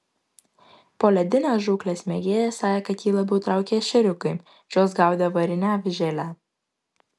poledinės žūklės mėgėjas sakė kad jį labiau traukia ešeriukai šiuos gaudė varine avižėle